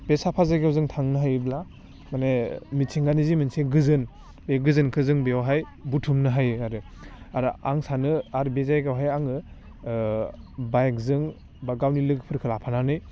बे साफा जायगायाव जों थांनो हायोब्ला माने मिथिंगानि जि मोनसे गोजोन बे गोजोनखो जों बेयावहाय बुथुमनो हायो आरो आरो आं सानो आर बे जायगायावहाय आङो बाइकजों बा गावनि लोगोफोरखौ लाफानानै